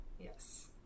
yes